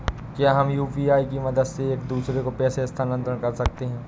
क्या हम यू.पी.आई की मदद से एक दूसरे को पैसे स्थानांतरण कर सकते हैं?